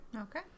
okay